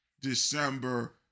December